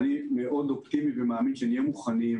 אני מאוד אופטימי ומאמין שנהיה מוכנים,